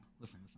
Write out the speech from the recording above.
listen